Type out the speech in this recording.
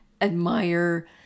admire